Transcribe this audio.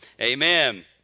Amen